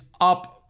up